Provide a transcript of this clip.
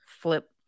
flip